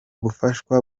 bufasha